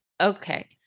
Okay